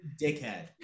dickhead